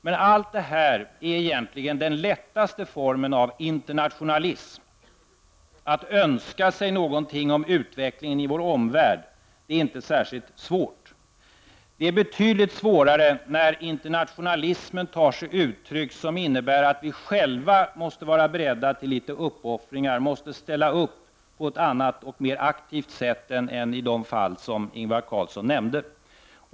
Men allt detta är egentligen den lättaste formen av internationalism. Att önska sig någonting om utvecklingen i vår omvärld är inte särskilt svårt. Det är betydligt svårare när internationalismen tar sig uttryck som innebär att vi själva måste vara beredda till litet uppoffringar och måste ställa upp på ett annat och mer aktivt sätt än i de fall som Ingvar Carlsson nämnde.